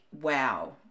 wow